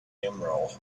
emerald